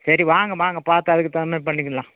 சரி வாங்க வாங்க பார்த்து அதுக்கு தகுந்த மாரி பண்ணிக்கலாம்